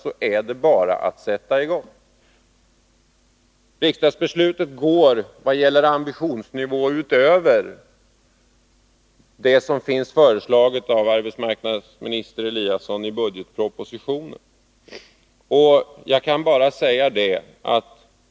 I vad gäller ambitionsnivå går riksdagsbeslutet utöver det som föreslås av arbetsmarknadsminister Eliasson i budgetpropositionen.